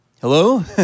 Hello